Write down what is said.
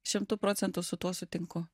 šimtu procentų su tuo sutinku